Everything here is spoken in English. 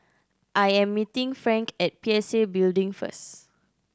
I am meeting Frank at P S A Building first